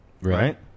Right